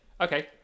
Okay